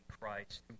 Christ